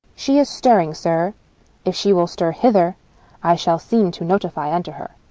she is stirring, sir if she will stir hither i shall seem to notify unto her.